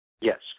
Yes